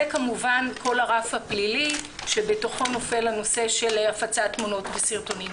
וכמובן כל הרף הפלילי שבתוכו נופל הנושא של הפצת תמונות וסרטונים.